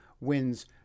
wins